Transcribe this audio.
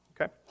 okay